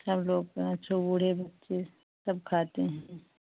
सबलोग बूढ़े बच्चे सब खाते हैं